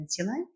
insulin